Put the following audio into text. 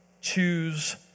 choose